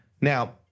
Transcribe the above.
Now